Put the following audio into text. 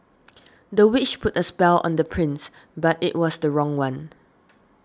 the witch put a spell on the prince but it was the wrong one